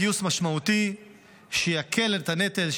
גיוס משמעותי שיקל את הנטל,